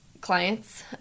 clients